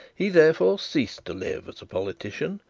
he therefore ceased to live as a politician,